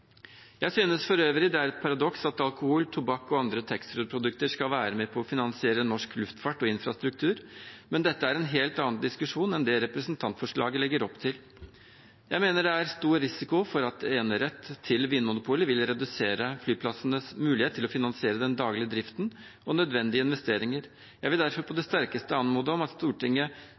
Jeg synes for øvrig det er et paradoks at alkohol, tobakk og andre taxfree-produkter skal være med på å finansiere norsk luftfart og infrastruktur, men dette er en helt annen diskusjon enn det representantforslaget legger opp til. Jeg mener det er stor risiko for at enerett til Vinmonopolet vil redusere flyplassenes mulighet til å finansiere den daglige driften og nødvendige investeringer. Jeg vil derfor på det sterkeste anmode om at Stortinget